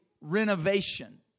renovation